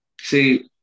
See